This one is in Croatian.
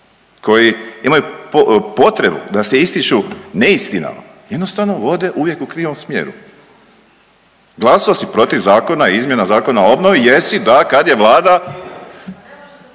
koji imaju potrebu da se ističu neistinama jednostavno vode uvijek u krivom smjeru. Glasao si protiv zakona i izmjena zakona o obnovi, jesi, da, kad je Vlada